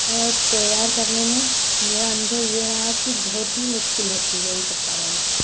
और तैयार करने में मेरा अनुभव यह रहा की बहुत ही मुश्किल होती है इन सब कामों में